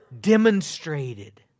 demonstrated